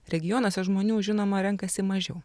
regionuose žmonių žinoma renkasi mažiau